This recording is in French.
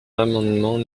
l’amendement